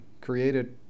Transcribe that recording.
created